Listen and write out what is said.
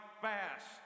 fast